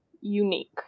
unique